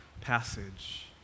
passage